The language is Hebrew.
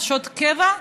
נשות קבע,